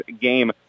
game